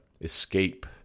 Escape